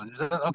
okay